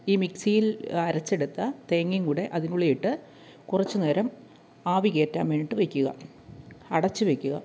ഈ മിക്സിയിൽ അരച്ചെടുത്ത തേങ്ങയും കൂടി അതിനുള്ളിയിട്ട് കുറച്ചുനേരം ആവി കയറ്റാൻ വേണ്ടിയിട്ട് വെയ്ക്കുക അടച്ചു വെയ്ക്കുക